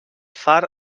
far